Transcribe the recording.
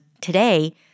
today